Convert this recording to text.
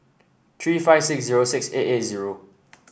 three five six zero six eight eight zero